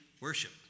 worship